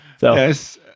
Yes